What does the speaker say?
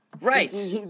Right